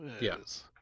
Yes